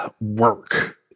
work